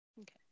okay